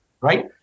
right